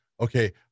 Okay